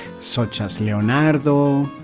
such as leonardo,